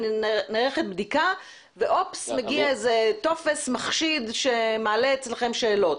נערכת בדיקה ואופס מגיע איזה טופס מחשיד שמעלה אצלכם שאלות.